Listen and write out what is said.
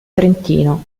trentino